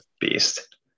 beast